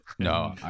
no